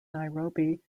nairobi